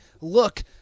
look